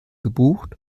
gebucht